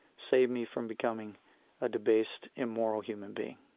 save me from becoming a debased, immoral human being.